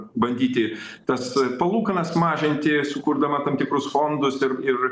bandyti tas palūkanas mažinti sukurdama tam tikrus fondus ir ir